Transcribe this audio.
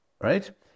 right